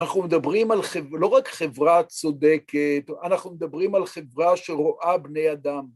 אנחנו מדברים על חברה, לא רק חברה צודקת, אנחנו מדברים על חברה שרואה בני אדם.